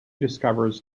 discovers